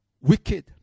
Wicked